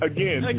Again